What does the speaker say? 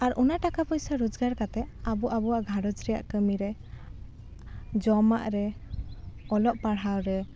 ᱟᱨ ᱚᱱᱟ ᱴᱟᱠᱟ ᱯᱚᱭᱥᱟ ᱨᱳᱡᱽᱜᱟᱨ ᱠᱟᱛᱮ ᱟᱵᱚ ᱟᱵᱚᱣᱟᱜ ᱜᱷᱟᱨᱚᱸᱡᱽ ᱨᱮᱭᱟᱜ ᱠᱟᱹᱢᱤ ᱨᱮ ᱡᱚᱢᱟᱜ ᱨᱮ ᱚᱞᱚᱜ ᱯᱟᱲᱦᱟᱣ ᱨᱮ